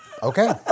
Okay